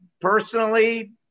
Personally